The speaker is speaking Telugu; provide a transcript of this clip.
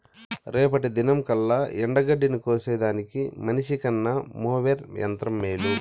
రేపటి దినంకల్లా ఎండగడ్డిని కోసేదానికి మనిసికన్న మోవెర్ యంత్రం మేలు